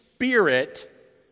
spirit